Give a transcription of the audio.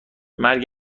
مرگ